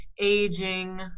aging